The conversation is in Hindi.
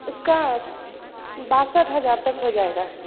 उसका बासठ हज़ार तक हो जाएगा